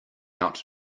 out